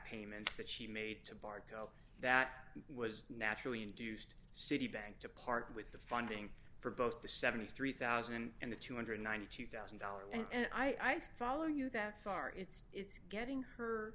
payments that she made to barco that was naturally induced citibank to part with the funding for both the seventy three thousand and the two hundred and ninety two thousand dollars and i follow you that far it's it's getting her